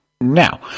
now